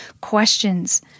questions